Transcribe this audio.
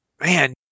Man